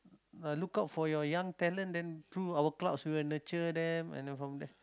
look out for your young talent and through our clubs we will nurture them